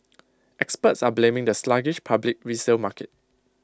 experts are blaming the sluggish public resale market